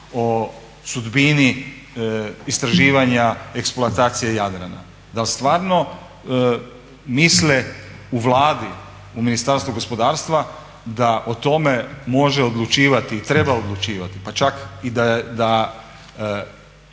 o sudbini istraživanja eksploatacije Jadrana. Dal stvarno misle u Vladi, u Ministarstvu gospodarstva da o tome može odlučivati i treba odlučivati pa čak i da